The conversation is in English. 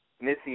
Missy